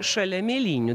šalia mėlynių